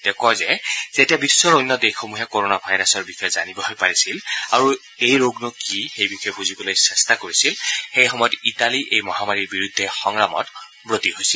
তেওঁ কয় যে যেতিয়া বিধ্বৰ অন্য দেশসমূহে কৰনা ভাইৰাছৰ বিষয়ে জানিবহে পাৰিছিল আৰু এই ৰোগনো কি সেই বিষয়ে বুজিবলৈ চেষ্টা কৰিছিল সেই সময়ত ইটালী এই মহামাৰীৰ বিৰুদ্ধে সংগ্ৰামত ৱতী হৈছিল